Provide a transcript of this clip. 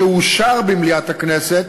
שאושר במליאת הכנסת